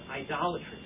idolatry